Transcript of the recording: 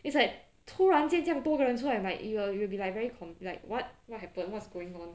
it's like 突然间这样多人出来 you will you will be like very confused like what what happened what's going on